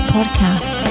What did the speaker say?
Podcast